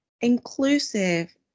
inclusive